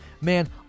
man